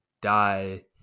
die